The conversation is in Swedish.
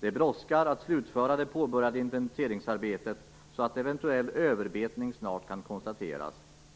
Det brådskar att slutföra det påbörjade inventeringsarbetet så att eventuell överbetning snart kan konstateras.